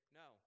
no